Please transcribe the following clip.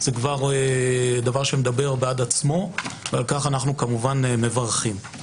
זה כבר דבר שמדבר בעד עצמו ועל כך אנו כמובן מברכים.